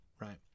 right